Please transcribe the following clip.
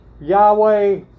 Yahweh